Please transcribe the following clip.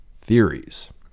theories